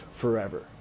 forever